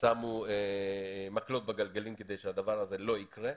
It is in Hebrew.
שמו מקלות בגלגלים כדי שהדבר הזה לא יקרה.